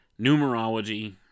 numerology